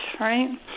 right